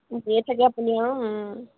নিয়েই থাকে আপুনি আৰু